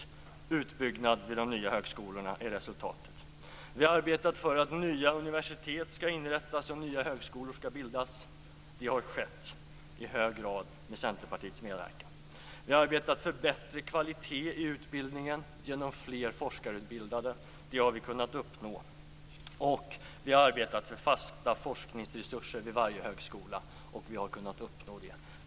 Resultatet är en utbyggnad vid de nya högskolorna. Vi har arbetat för att nya universitet skall inrättas och att nya högskolor skall bildas. Det har i hög grad skett med Centerpartiets medverkan. Vi har arbetat för bättre kvalitet i utbildningen genom fler forskarutbildade. Det har vi kunnat uppnå. Vi har också arbetat för fasta forskningsresurser vid varje högskola, och vi har kunnat uppnå det.